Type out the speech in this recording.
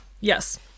Yes